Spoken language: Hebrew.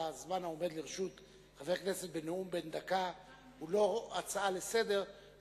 הזמן העומד לרשות חבר כנסת בנאום בן דקה הוא לא כמו בהצעה לסדר-היום,